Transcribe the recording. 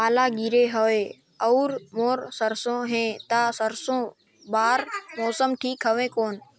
पाला गिरे हवय अउर मोर सरसो हे ता सरसो बार मौसम ठीक हवे कौन?